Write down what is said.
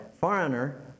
foreigner